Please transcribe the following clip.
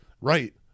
right